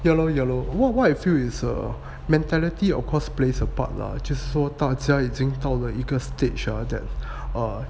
yeah lor yeah lor what I feel is a mentality of course plays a part lah 就是说大家已经到了一个 stage ah that err